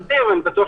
יכול להיות מצב,